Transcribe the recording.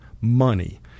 money